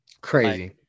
Crazy